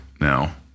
now